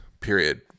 period